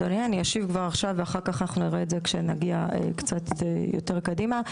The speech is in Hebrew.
אדוני אני אשיב כבר עכשיו ואחר כך נראה את זה כשנגיע קצת יותר קדימה.